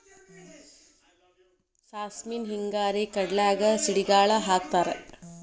ಸಾಸ್ಮಿನ ಹಿಂಗಾರಿ ಕಡ್ಲ್ಯಾಗ ಸಿಡಿಗಾಳ ಹಾಕತಾರ